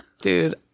dude